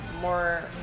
more